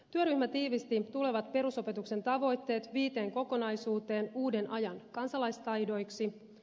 työryhmä tiivisti tulevat perusopetuksen tavoitteet viiteen kokonaisuuteen uuden ajan kansalaistaidoiksi